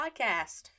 podcast